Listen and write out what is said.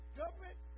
government